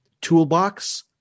toolbox